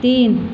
तीन